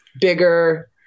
bigger